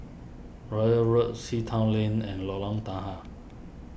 Royal Road Sea Town Lane and Lorong Tahar